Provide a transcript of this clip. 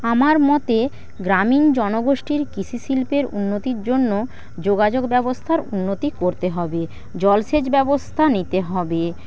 আমার মতে গ্রামীণ জনগোষ্ঠীর কৃষিশিল্পের উন্নতির জন্য যোগাযোগ ব্যবস্থার উন্নতি করতে হবে জলসেচ ব্যবস্থা নিতে হবে